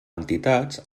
entitats